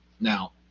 now